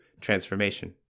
transformation